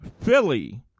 Philly